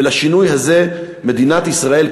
ולשינוי הזה מדינת ישראל,